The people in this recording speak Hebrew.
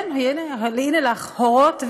כן, הנה לך, הורות והורים.